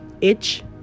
itch